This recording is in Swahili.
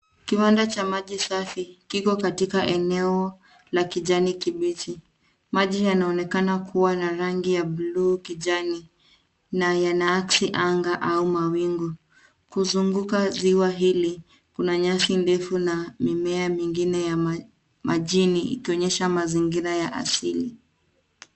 Kiwanda cha maji safi kiko katika eneo la kijani kibichi. Maji yanaonekana kuwa na rangi ya buluu kijani na yanaakisi anga au mawingu. Kuzunguka ziwa hili, kuna nyasi ndefu na mimea mingine ya majini ikionyesha mazingira ya asili.